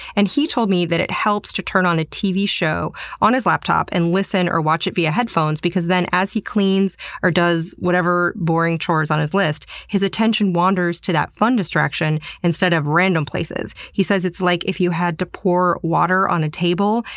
and he told me that it helps to turn on a tv show on his laptop and listen or watch it via headphones, because then as he cleans or does whatever boring chore is on his list his attention wanders to that fun distraction instead of random places. he says it's like if you had to pour water on a table,